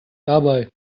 dabei